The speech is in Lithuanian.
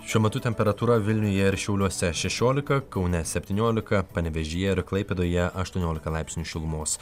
šiuo metu temperatūra vilniuje ir šiauliuose šešiolika kaune septyniolika panevėžyje ir klaipėdoje aštuoniolika laipsnių šilumos